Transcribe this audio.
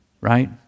Right